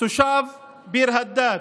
תושב ביר הדאג',